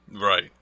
Right